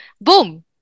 boom